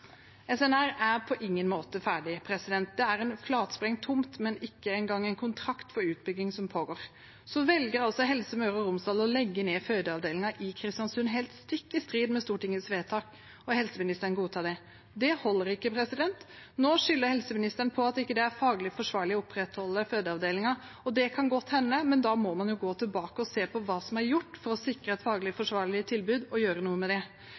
er på ingen måte ferdig. Det er en flatsprengt tomt, men det finnes ikke engang en kontrakt for utbygging som pågår. Så velger Helse Møre og Romsdal å legge ned fødeavdelingen i Kristiansund – helt stikk i strid med Stortingets vedtak, og helseministeren godtar det. Det holder ikke. Nå skylder helseministeren på at det ikke er faglig forsvarlig å opprettholde fødeavdelingen, og det kan godt hende, men da må man gå tilbake og se på hva som er gjort for å sikre et faglig forsvarlig tilbud, og gjøre noe med det.